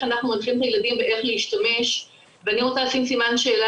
אנחנו מנחים את הילדים באיך להשתמש ואני רוצה לשים סימן שאלה